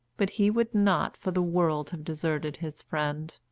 but he would not for the world have deserted his friend.